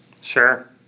Sure